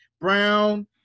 Brown